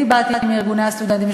אני באתי מארגוני הסטודנטים.